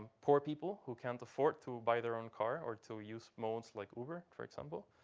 poor people who can't afford to buy their own car or to use modes like uber, for example.